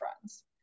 friends